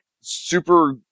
super